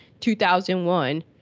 2001